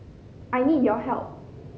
I need your help